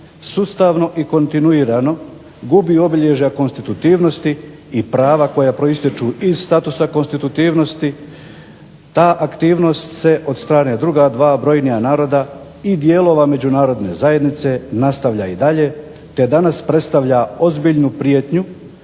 sustavno i kontinuirano gubi obilježja konstitutivnosti i prava koja proistječu iz statusa konstitutivnosti, ta aktivnost se od strane druga dva brojnija naroda i dijelova Međunarodne zajednice nastavlja i dalje te danas predstavlja ozbiljnu prijetnju